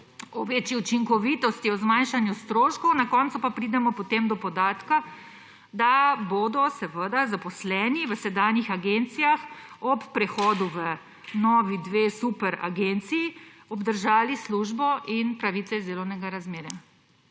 o večji učinkovitosti, o zmanjšanju stroškov, na koncu pa pridemo potem do podatka, da bodo zaposleni v sedanjih agencijah ob prehodu v novi dve superagenciji obdržali službo in pravice iz delovnega razmerja.